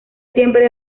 siempre